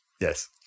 yes